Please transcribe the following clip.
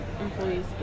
employees